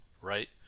right